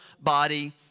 body